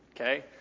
Okay